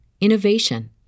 innovation